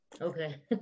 okay